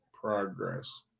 progress